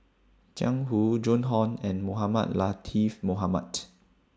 Jiang Hu Joan Hon and Mohamed Latiff Mohamed